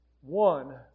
One